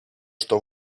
что